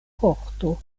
korto